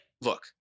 look